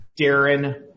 Darren